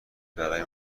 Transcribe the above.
برای